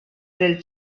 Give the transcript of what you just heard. del